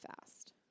fast